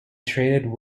traded